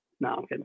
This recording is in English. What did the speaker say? no